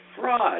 fraud